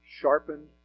sharpened